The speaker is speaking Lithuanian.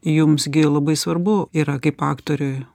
jums gi labai svarbu yra kaip aktoriui